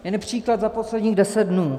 Jeden příklad za posledních deset dnů.